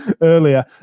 earlier